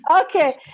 Okay